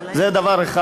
זה דבר אחד.